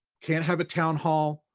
can't have a town hall,